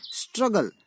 struggle